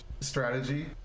strategy